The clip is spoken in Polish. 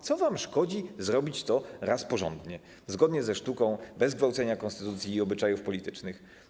Co wam szkodzi zrobić to raz porządnie, zgodnie ze sztuką, bez gwałcenia konstytucji i obyczajów politycznych?